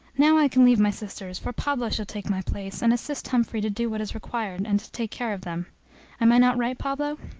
now i can leave my sisters, for pablo shall take my place, and assist humphrey to do what is required, and to take care of them am i not right, pablo?